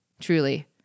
Truly